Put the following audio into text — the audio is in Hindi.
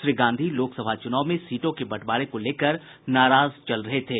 श्री गांधी लोकसभा चुनाव में सीटों के बंटवारे को लेकर नाराज चल रहे थे